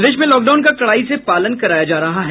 प्रदेश में लॉकडाउन का कड़ाई से पालन कराया जा रहा है